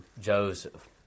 Joseph